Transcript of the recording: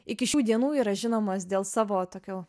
iki šių dienų yra žinomos dėl savo tokio